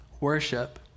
worship